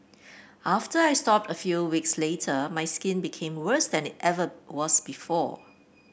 after I stopped a few weeks later my skin became worse than it ever was before